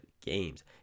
games